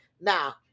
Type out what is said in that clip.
Now